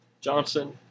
Johnson